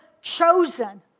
chosen